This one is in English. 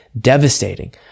devastating